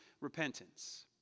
repentance